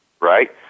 right